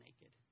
naked